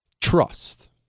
Trust